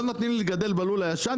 לא נותנים לי לגדל בלול הישן,